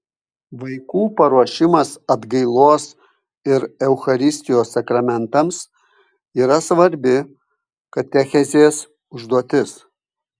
vaikų paruošimas atgailos ir eucharistijos sakramentams yra svarbi katechezės užduotis